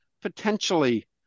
potentially